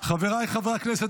חבריי חברי הכנסת,